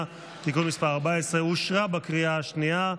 (תיקון מס' 14) אושרה בקריאה השנייה.